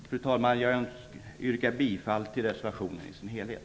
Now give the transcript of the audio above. Fru talman! Jag yrkar bifall till reservationen i dess helhet.